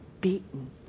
beaten